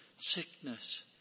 sickness